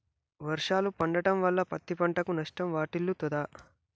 వర్షాలు పడటం వల్ల పత్తి పంటకు నష్టం వాటిల్లుతదా?